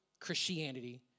Christianity